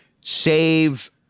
Save